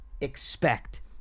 expect